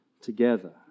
together